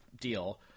deal